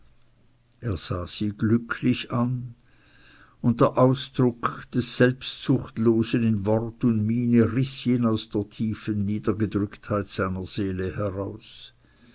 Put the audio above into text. er sah sie glücklich an und der ausdruck des selbstsuchtslosen in wort und miene riß ihn aus der tiefen niedergedrücktheit seiner seele heraus